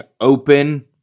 open